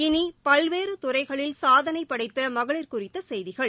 இனி பல்வேறுதுறைகளில் சாதனைபடைத்தமகளிா் குறித்தசெய்திகள்